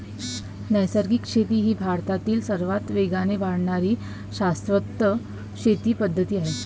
नैसर्गिक शेती ही भारतातील सर्वात वेगाने वाढणारी शाश्वत शेती पद्धत आहे